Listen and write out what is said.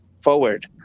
forward